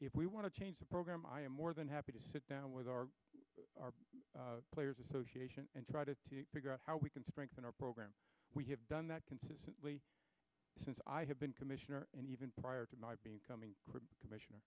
if we want to change the program i am more than happy to sit down with our players association and try to figure out how we can strengthen our program we have done that consistently since i have been commissioner and even prior to my coming commissioner